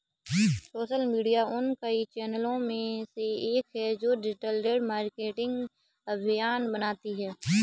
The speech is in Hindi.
सोशल मीडिया उन कई चैनलों में से एक है जो डिजिटल मार्केटिंग अभियान बनाते हैं